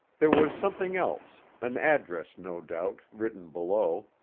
there was something else, an address, no doubt, written below,